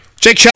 Jake